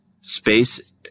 space